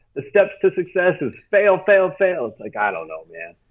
the steps to success is fail, fail, fail. it's like i don't know man.